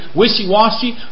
wishy-washy